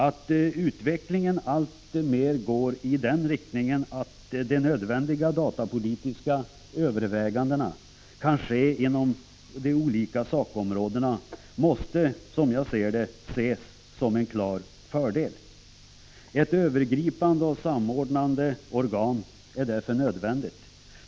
Att utvecklingen alltmer går i den riktningen att de nödvändiga datapolitiska övervägandena kan ske inom de olika sakområdena måste, som jag ser det, ses som en klar fördel. Ett övergripande och samordnande organ är därför nödvändigt.